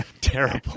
terrible